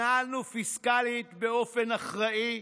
התנהלנו פיסקלית באופן אחראי,